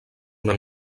una